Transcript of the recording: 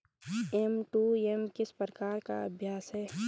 M to M किस प्रकार का अभ्यास है?